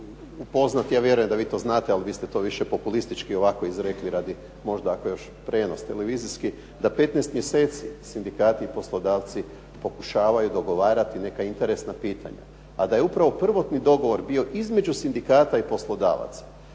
da 15 mjeseci sindikati i poslodavci pokušavaju dogovarati neka interesna pitanja, a da je upravo prvotni dogovor bio između sindikata i poslodavaca